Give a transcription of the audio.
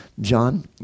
John